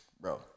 bro